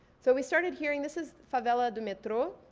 so we started hearing, this is favela do metro.